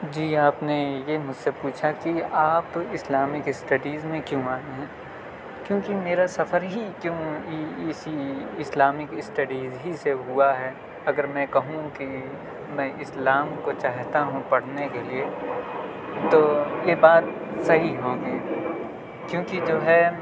جی آپ نے یہ مجھ سے پوچھا کہ آپ اسلامک اسٹڈیز میں کیوں آئے ہیں کیونکہ میرا سفر ہی کیوں ہی اسی اسلامک اسٹڈیز ہی سے ہوا ہے اگر میں کہوں کہ میں اسلام کو چاہتا ہوں پڑھنے کے لیے تو یہ بات صحیح ہوگی کیونکہ جو ہے